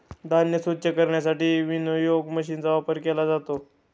धान्य स्वच्छ करण्यासाठी विनोइंग मशीनचा वापर केला जातो